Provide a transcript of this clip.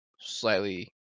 slightly